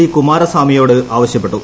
D കുമാരസ്വാമിയോട് ആവശ്യപ്പെട്ടു